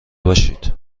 باشید